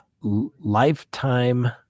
lifetime